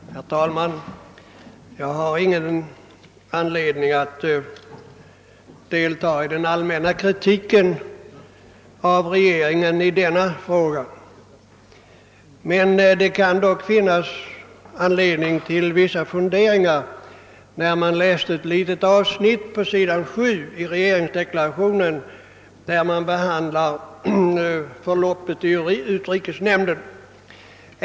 Herr talman! Jag har ingen anledning att delta i den allmänna kritiken av regeringen i denna fråga. Det kan dock finnas skäl till vissa funderingar kring ett litet avsnitt på s. 7 i regeringsdeklarationen, där förloppet i utrikesnämnden behandlas.